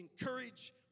encourage